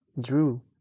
drew